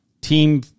Team